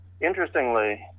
interestingly